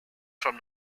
from